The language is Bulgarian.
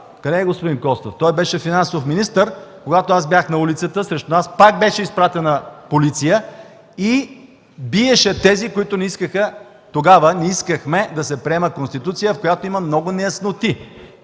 Къде е господин Костов? Той беше финансов министър, когато аз бях на улицата. Срещу нас пак беше изпратена полиция и биеше тези, които тогава не искаха, не искахме да се приеме Конституция, в която има много неясноти.